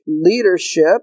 leadership